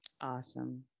Awesome